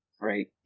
right